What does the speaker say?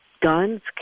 guns